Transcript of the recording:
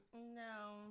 No